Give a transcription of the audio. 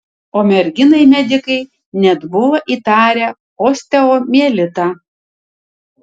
o merginai medikai net buvo įtarę osteomielitą